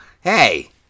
Hey